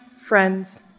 friends